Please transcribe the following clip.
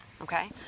Okay